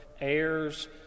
heirs